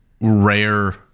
rare